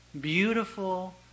beautiful